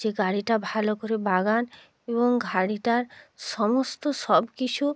যে গাড়িটা ভালো করে বাগান এবং ঘাড়িটার সমস্ত সব কিছু